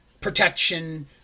protection